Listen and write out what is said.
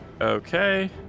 Okay